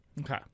Okay